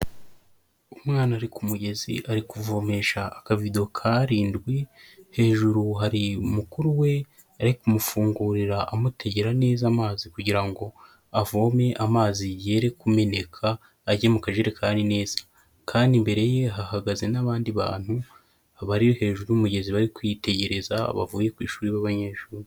Umwana ari ku mugezi ari kuvomesha akavido k'arindwi, hejuru hari mukuru we ari kumufungurira amutegera neza amazi kugira ngo avome amazi yere kumeneka ajye mu kajekanri neza kandi imbere ye hahagaze n'abandi bantu bari hejuru y'umugezi bari kwitegereza bavuye ku ishuri b'abanyeshuri.